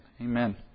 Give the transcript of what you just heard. Amen